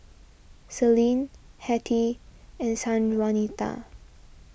Celine Hettie and Sanjuanita